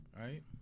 right